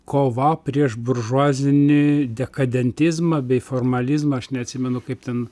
kova prieš buržuazinį dekadentizmą bei formalizmą aš neatsimenu kaip ten